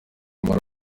kumara